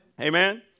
Amen